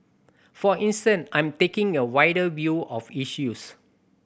for instance I'm taking a wider view of issues